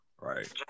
right